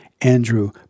Andrew